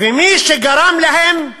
מי שגרם להם